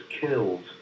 killed